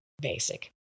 basic